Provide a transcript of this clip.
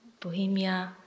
Bohemia